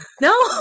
no